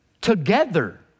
Together